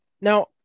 Now